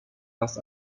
das